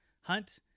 Hunt